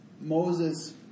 Moses